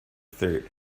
third